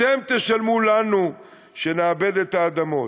אתם תשלמו לנו שנעבד את האדמות,